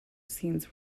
scenes